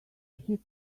hit